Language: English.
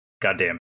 Goddamn